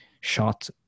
shot